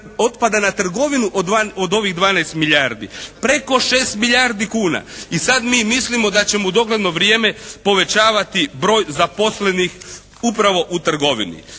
na trgovinu od ovih 12 milijardu? Preko 6 milijardi kuna. I sad mi mislimo da ćemo u dogledno vrijeme povećavati broj zaposlenih upravo u trgovini.